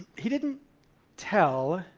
he didn't tell.